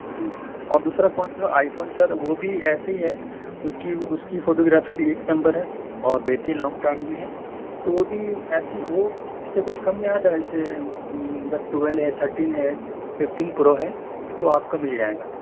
جی اور دوسرا فون جو آئی فون سر وہ بھی ایسی ہے اس کی اس کی فوٹو گرافی بھی ایک نمبر ہے اور بیٹری لانگ ٹائم بھی ہے تو وہ ایسی وہ اس سے کچھ کم میں ہوگا اس سے ٹویلو ہے تھرٹین ہے ففٹین پرو ہے تو آپ کو مل جائے گا